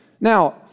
Now